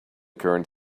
current